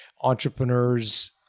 entrepreneurs